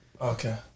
Okay